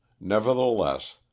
Nevertheless